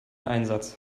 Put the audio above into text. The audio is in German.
einsatz